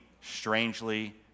strangely